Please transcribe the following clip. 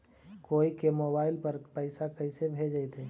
कोई के मोबाईल पर पैसा कैसे भेजइतै?